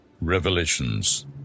Revelations